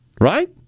right